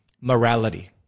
morality